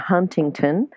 Huntington